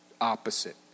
opposite